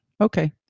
okay